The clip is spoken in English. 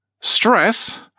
stress